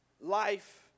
Life